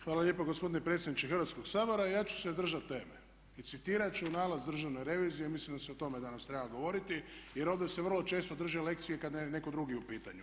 Hvala lijepa gospodine predsjedniče Hrvatskoga sabora, ja ću se držati teme i citirati ću nalaz državne revizije, mislim da se o tome danas treba govoriti jer ovdje se vrlo često drže lekcije i kada je netko drugi u pitanju.